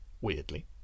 weirdly